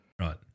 Right